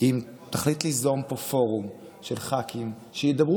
אם תחליט ליזום פה פורום של ח"כים שידברו